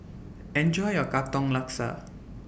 Enjoy your Katong Laksa